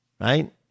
Right